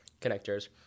connectors